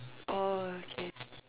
orh okay